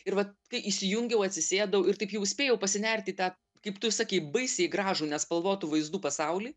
ir va kai įsijungiau atsisėdau ir taip jau spėjau pasinert į tą kaip tu ir sakei baisiai gražų nespalvotų vaizdų pasaulį